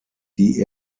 die